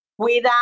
cuida